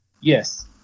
Yes